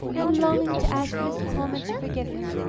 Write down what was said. and longing to ask miss coleman to forgive him.